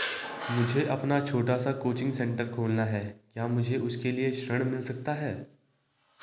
मुझे अपना छोटा सा कोचिंग सेंटर खोलना है क्या मुझे उसके लिए ऋण मिल सकता है?